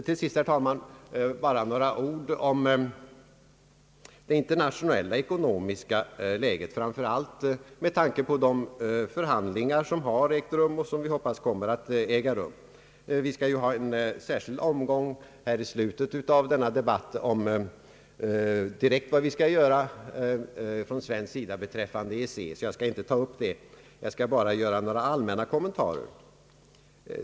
Till sist, herr talman, bara några ord om det internationella ekonomiska läget, framför allt med tanke på de förhandlingar som har ägt rum och som vi hoppas kommer att äga rum. Vi skall ju ha en särskild omgång i slutet av denna debatt om vad vi skall göra från svensk sida beträffande EEC, så jag skall inte ta upp det problemet nu utan bara göra några allmänna kommentarer.